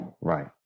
Right